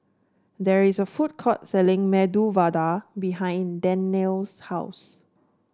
there is a food court selling Medu Vada behind Danyel's house